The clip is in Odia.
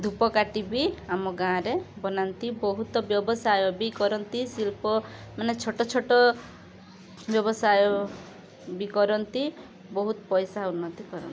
ଧୂପକାଠି ବି ଆମ ଗାଁରେ ବନାନ୍ତି ବହୁତ ବ୍ୟବସାୟ ବି କରନ୍ତି ଶିଳ୍ପ ମାନେ ଛୋଟ ଛୋଟ ବ୍ୟବସାୟ ବି କରନ୍ତି ବହୁତ ପଇସା ଉନ୍ନତି କରନ୍ତି